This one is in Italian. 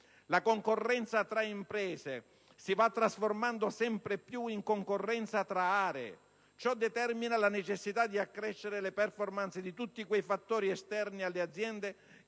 La concorrenza tra imprese si va trasformando sempre più in concorrenza tra aree. Ciò determina la necessità di accrescere la *performance* di tutti quei fattori esterni alle aziende